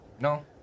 No